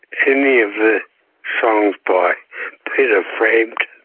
any of the songs by peter frampton.